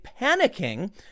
panicking